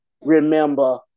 Remember